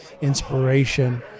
inspiration